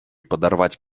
подорвать